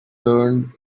turned